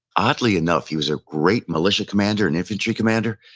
oddly enough, he was a great militia commander and infantry commander,